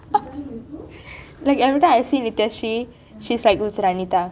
like everytime I see nityahshree she is like with vanitha